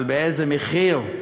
אבל באיזה מחיר?